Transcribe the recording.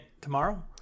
tomorrow